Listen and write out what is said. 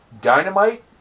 Dynamite